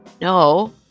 No